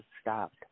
stopped